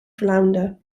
flounder